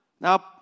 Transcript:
Now